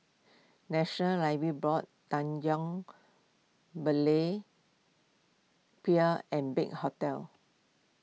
National Library Board Tanjong Berlayer Pier and Big Hotel